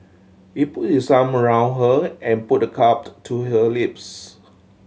he put his arm around her and put the cupped to her lips